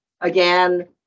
again